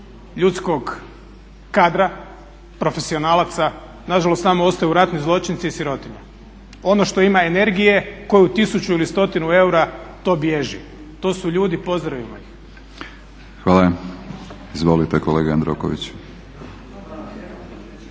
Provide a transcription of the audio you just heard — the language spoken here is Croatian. ljudskog kadra, profesionalaca. Nažalost, tamo ostaju ratni zločinci i sirotinja. Ono što ima energije, koju tisuću ili stotinu eura to bježi. To su ljudi, pozdravimo ih. **Batinić, Milorad (HNS)** Hvala. Izvolite kolega Jandroković. **Jandroković, Gordan